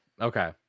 Okay